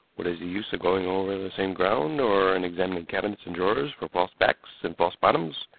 what is the use of going over the same ground, or in examining cabinets and drawers for false backs and false bottoms,